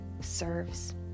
serves